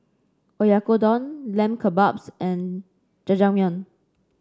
Oyakodon Lamb Kebabs and Jajangmyeon